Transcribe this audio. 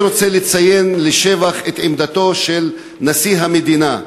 אני רוצה לשבח את עמדתו של נשיא המדינה,